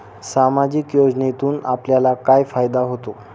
सामाजिक योजनेतून आपल्याला काय फायदा होतो?